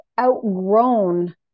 outgrown